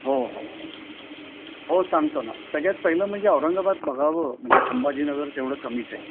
हो हो हो हो सांगतो ना सगळ्यात पहिलं म्हणजे औरंगाबाद बघावं म्हणजे संभाजीनगर तेवढं कमीच आहे